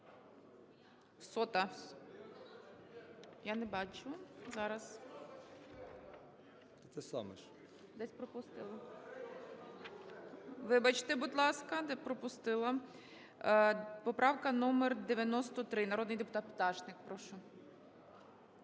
О.І. Те саме ж. ГОЛОВУЮЧИЙ. Десь пропустили. Вибачте, будь ласка, пропустила. Поправка номер 93. Народний депутат Пташник, прошу.